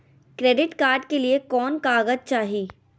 Credit card के लिए कौन कागज चाही?